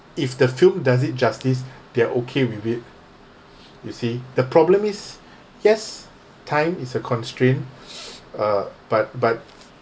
if the film does it justice they're okay with it you see the problem is yes time is a constraint uh but but